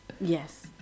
Yes